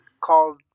called